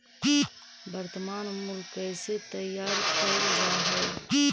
वर्तनमान मूल्य कइसे तैयार कैल जा हइ?